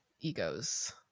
egos